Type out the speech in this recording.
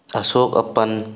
ꯑꯁꯣꯛ ꯑꯄꯟ